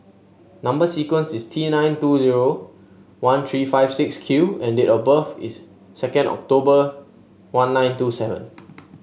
number sequence is T nine two zero one three five six Q and date of birth is second October one nine two seven